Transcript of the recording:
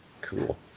Cool